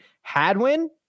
Hadwin